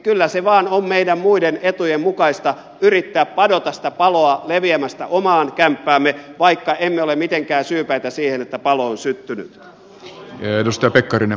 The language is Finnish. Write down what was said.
kyllä se vaan on meidän muiden etujen mukaista yrittää padota sitä paloa leviämästä omaan kämppäämme vaikka emme ole mitenkään syypäitä siihen että palo on syttynyt